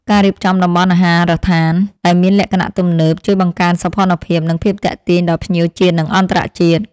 ការរៀបចំតំបន់អាហារដ្ឋានដែលមានលក្ខណៈទំនើប ជួយបង្កើនសោភ័ណភាពនិងភាពទាក់ទាញដល់ភ្ញៀវជាតិនិងអន្តរជាតិ។